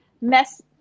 mess